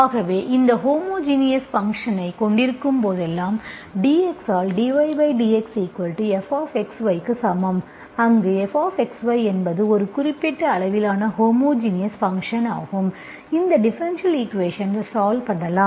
ஆகவே இந்த ஹோமோஜினஸ் ஃபங்க்ஷன்ஐ கொண்டிருக்கும்போதெல்லாம் dx ஆல் dydxfxy க்கு சமம் அங்கு fxy என்பது ஒரு குறிப்பிட்ட அளவிலான ஹோமோஜினஸ் ஃபங்க்ஷன் ஆகும் இந்த டிஃபரென்ஷியல் ஈக்குவேஷன்ஸ் சால்வ் பண்ணலாம்